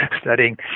studying